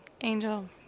Angel